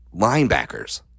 Linebackers